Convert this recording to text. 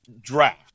Draft